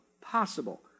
Possible